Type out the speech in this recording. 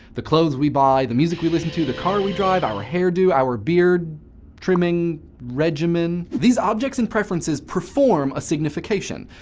the clothes we buy, the music we listen to, the car we drive, our hairdo, our beard trimming regimen these objects and preferences perform a signification.